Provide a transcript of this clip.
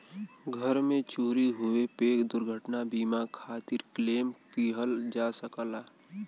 घर में चोरी होये पे दुर्घटना बीमा खातिर क्लेम किहल जा सकला